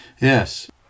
Yes